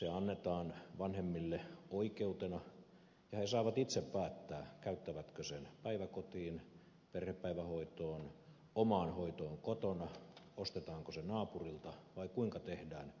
se annetaan vanhemmille oikeutena ja he saavat itse päättää käyttävätkö sen päiväkotiin perhepäivähoitoon omaan hoitoon kotona naapurilta ostettuun vai kuinka tehdään